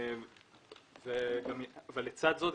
לצד זה,